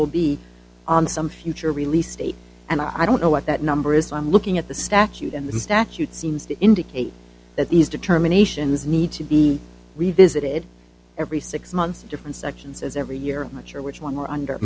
will be on some future release date and i don't know what that number is i'm looking at the statute and the statute seems to indicate that these determinations need to be we visited every six months different sections as every year much or which one were under